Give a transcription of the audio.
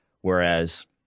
Whereas